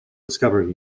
discovering